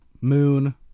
Moon